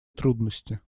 трудности